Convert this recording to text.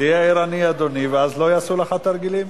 תהיה ערני, אדוני, ואז לא יעשו לך תרגילים.